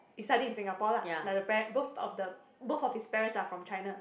residing in Singapore lah like the paren~ both of the both of his parents are from China